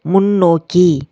முன்னோக்கி